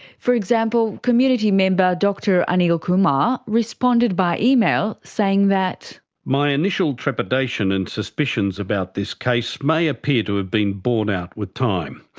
for example, community member dr anil kumar responded by email saying that reading my initial trepidation and suspicions about this case may appear to have been borne out with time.